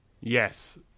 Yes